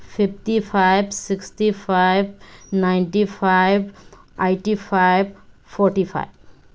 fifty five sixty five ninety five eighty five forty five